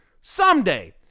someday